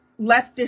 leftist